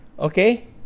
Okay